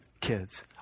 kids